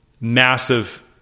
massive